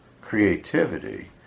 creativity